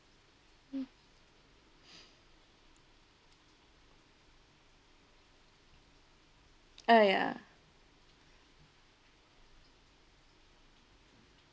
mm oh ya